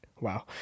Wow